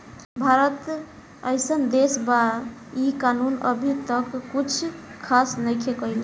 भारत एइसन देश बा इ कानून अभी तक कुछ खास नईखे कईले